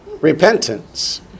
Repentance